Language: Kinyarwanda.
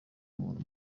muntu